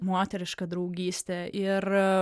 moteriška draugystė ir